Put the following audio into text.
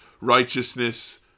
righteousness